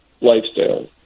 lifestyle